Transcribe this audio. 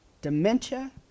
dementia